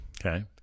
Okay